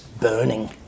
burning